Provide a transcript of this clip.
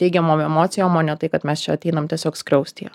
teigiamom emocijom o ne tai kad mes čia ateinam tiesiog skriausti